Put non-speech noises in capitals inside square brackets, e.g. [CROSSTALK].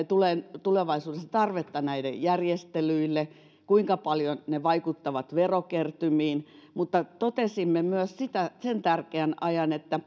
[UNINTELLIGIBLE] tulee tulevaisuudessa tarvetta näille järjestelyille kuinka paljon ne vaikuttavat verokertymiin mutta totesimme myös sen tärkeän